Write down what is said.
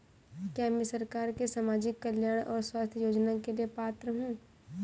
क्या मैं सरकार के सामाजिक कल्याण और स्वास्थ्य योजना के लिए पात्र हूं?